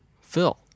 Phil